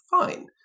fine